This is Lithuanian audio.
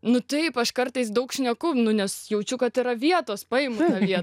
nu taip aš kartais daug šneku nes jaučiu kad yra vietos paimu ją